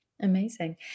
amazing